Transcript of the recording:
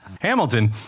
Hamilton